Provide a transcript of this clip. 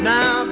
Now